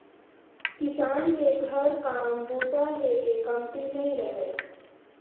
किसान के घर काम बूता हे के कमती नइ रहय